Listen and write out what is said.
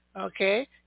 Okay